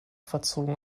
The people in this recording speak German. verzogen